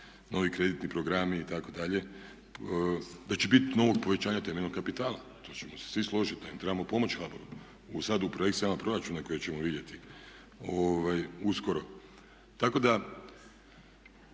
novi kreditni programi itd., da će biti novog povećanja temeljnog kapitala. To ćemo se svi složiti da im trebamo pomoći HBOR-u, sada u projekcijama proračuna koje ćemo vidjeti uskoro.